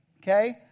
okay